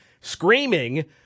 screaming